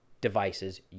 devices